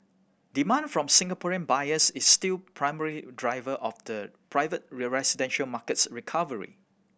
demand from Singaporean buyers is still primary driver of the private residential market's recovery